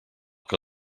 que